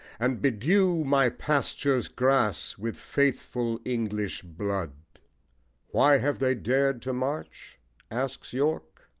and bedew my pastures' grass with faithful english blood why have they dared to march asks york,